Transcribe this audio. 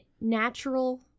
natural